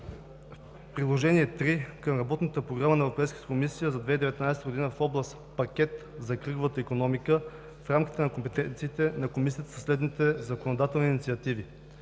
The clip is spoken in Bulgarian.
Приложение III към Работната програма на Европейската комисия за 2019 г. в област „Пакет за кръговата икономика“ в рамките на компетенциите на Комисията са следните законодателни инициативи: